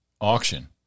auction